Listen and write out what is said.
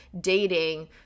dating